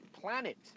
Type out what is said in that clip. planet